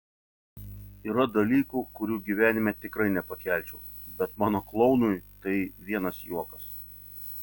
yra dalykų kurių gyvenime tikrai nepakelčiau bet mano klounui tai vienas juokas